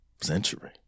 century